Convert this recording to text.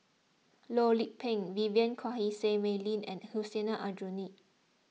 Loh Lik Peng Vivien Quahe Seah Mei Lin and Hussein Aljunied